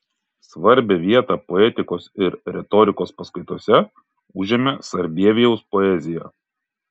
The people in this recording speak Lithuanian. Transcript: svarbią vietą poetikos ir retorikos paskaitose užėmė sarbievijaus poezija